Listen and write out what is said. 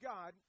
God